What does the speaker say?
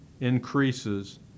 increases